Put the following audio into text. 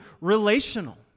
relational